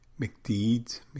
McDeed's